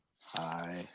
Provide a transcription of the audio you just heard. Hi